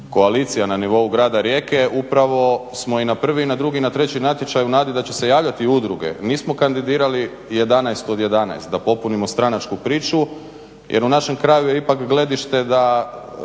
koalicija na nivou grada Rijeke upravo smo i na prvi i na drugi i na treći natječaj u nadi da će se javljati udruge, mi smo kandidirali 11 od 11 da popunimo stranačku priču jer u našem kraju je ipak gledište da